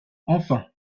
enfin